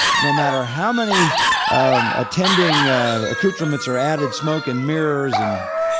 no matter how many um attending accoutrements are added, smoking mirrors and